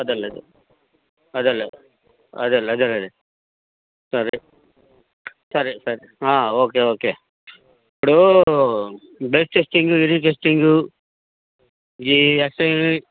అదేలే అదేలే అదేలే అదేలే సరే సరే సరే ఓకే ఓకే ఇప్పుడూ blood testing urine testing ESI